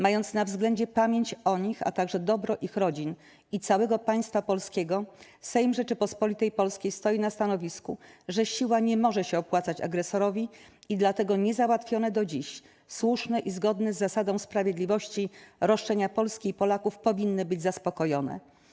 Mając na względzie pamięć o nich, a także dobro ich rodzin i całego państwa polskiego, Sejm Rzeczypospolitej Polskiej stoi na stanowisku, że siła nie może się opłacać agresorowi i dlatego niezałatwione do dziś, słuszne i zgodne z zasadą sprawiedliwości, roszczenia Polski i Polaków powinny być zaspokojone.